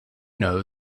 know